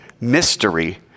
mystery